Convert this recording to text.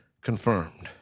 confirmed